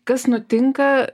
kas nutinka